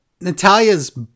Natalia's